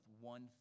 one